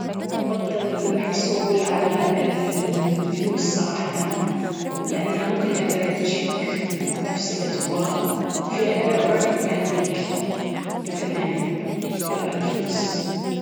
أفضل الحصول على الفلوس صراحة، لأن مو كل الهدايا بتجيك نفس الا تبغاها وفي هدايا انت ألردي عندك مثلها يعني، فلا… الفلوس.